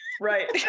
right